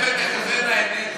זה "ותחזינה עינינו",